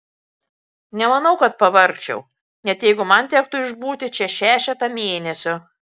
nemanau kad pavargčiau net jeigu man tektų išbūti čia šešetą mėnesių